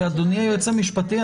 אדוני היועץ המשפטי,